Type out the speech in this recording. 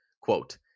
quote